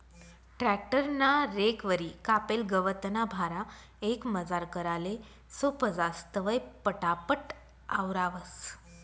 tractor ना रेकवरी कापेल गवतना भारा एकमजार कराले सोपं जास, तवंय पटापट आवरावंस